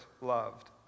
loved